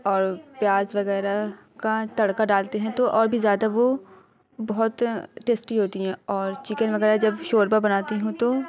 اور پیاز وغیرہ کا تڑکہ ڈالتے ہیں تو اور بھی زیادہ وہ بہت ٹیسٹی ہوتی ہے اور چکن وغیرہ جب شوربہ بناتی ہوں تو